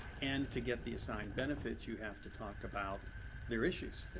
and to get the assigned benefits you have to talk about their issues.